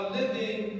living